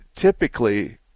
Typically